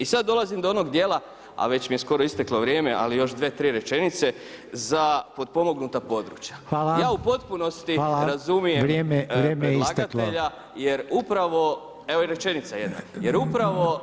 I sad dolazim do onog dijela, a već mi je skoro isteklo vrijeme, ali još dvije, tri rečenice za potpomognuta područja [[Upadica Reiner: Hvala.]] Ja u potpunosti razumijem predlagatelja jer upravo, evo rečenica jedna, jer upravo